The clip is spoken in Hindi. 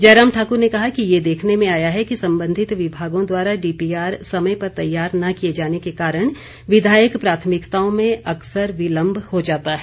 जयराम ठाकुर ने कहा कि ये देखने में आया है कि संबंधित विभागों द्वारा डीपीआर समय पर तैयार न किए जाने के कारण विधायक प्राथमिकताओं में अकसर विलंब हो जाता है